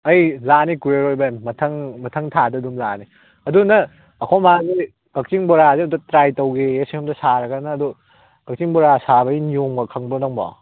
ꯑꯩ ꯂꯥꯛꯑꯅꯤ ꯀꯨꯏꯔꯔꯣꯏ ꯚꯥꯏ ꯃꯊꯪ ꯃꯊꯪ ꯊꯥꯗ ꯑꯗꯨꯝ ꯂꯥꯛꯑꯅꯤ ꯑꯗꯨ ꯅꯪ ꯑꯈꯣꯏꯃꯥꯅꯗꯤ ꯀꯛꯆꯤꯡ ꯕꯣꯔꯥꯁꯦ ꯑꯝꯇ ꯇ꯭ꯔꯥꯏ ꯇꯧꯒꯦꯌꯦ ꯁꯣꯝꯗ ꯁꯥꯔꯒ ꯅꯪ ꯑꯗꯨ ꯀꯛꯆꯤꯡ ꯕꯣꯔꯥ ꯁꯥꯕꯩ ꯅꯤꯌꯣꯝꯒ ꯈꯪꯕ꯭ꯔꯣ ꯅꯪꯕꯣ